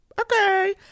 Okay